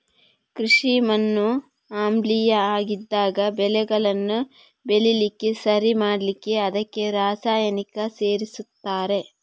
ಕೃಷಿ ಮಣ್ಣು ಆಮ್ಲೀಯ ಆಗಿದ್ದಾಗ ಬೆಳೆಗಳನ್ನ ಬೆಳೀಲಿಕ್ಕೆ ಸರಿ ಮಾಡ್ಲಿಕ್ಕೆ ಅದಕ್ಕೆ ರಾಸಾಯನಿಕ ಸೇರಿಸ್ತಾರೆ